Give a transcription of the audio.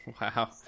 Wow